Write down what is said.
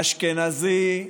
אשכנזי,